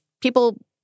people